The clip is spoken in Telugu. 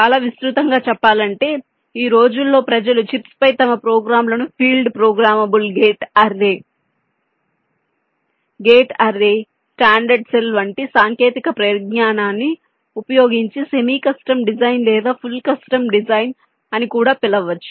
చాలా విస్తృతంగా చెప్పాలంటే ఈ రోజుల్లో ప్రజలు చిప్స్పై తమ ప్రోగ్రామ్లను field programmable gate array gate array standard cell వంటి సాంకేతిక పరిజ్ఞానాన్ని ఉపయోగించి సెమీ కస్టమ్ డిజైన్ లేదా ఫుల్ కస్టమ్ డిజైన్ అని కూడా పిలవచ్చు